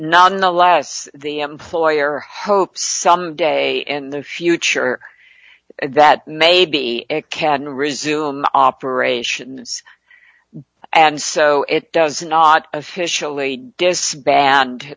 in the last the employer hopes someday in the future that maybe it can resume operations and so it does not officially disband